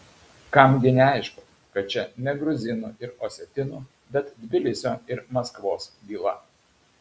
kam gi neaišku kad čia ne gruzinų ir osetinų bet tbilisio ir maskvos byla